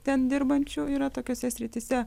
ten dirbančių yra tokiose srityse